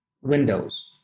Windows